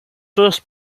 first